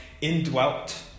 indwelt